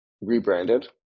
rebranded